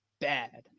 bad